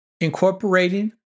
incorporating